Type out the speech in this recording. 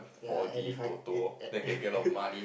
ya and if I if